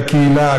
בקהילה,